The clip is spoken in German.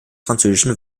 französischen